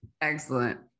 Excellent